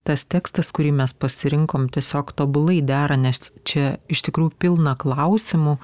tas tekstas kurį mes pasirinkom tiesiog tobulai dera nes čia iš tikrųjų pilna klausimų